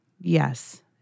yes